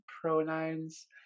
pronouns